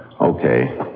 Okay